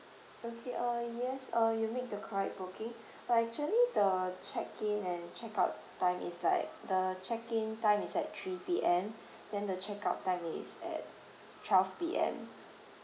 okay uh yes uh you make the correct booking but actually the check in and check out time is like the check in time is at three P_M then the check out time is at twelve P_M